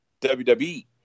WWE